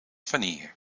vanille